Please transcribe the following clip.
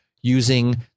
using